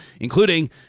including